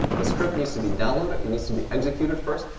the script needs to be downloaded. it needs to be executed first.